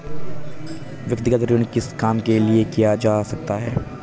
व्यक्तिगत ऋण किस काम के लिए किया जा सकता है?